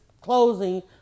closing